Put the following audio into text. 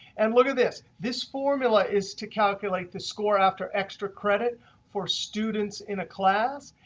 and look at this. this formula is to calculate the score after extra credit for students in a class.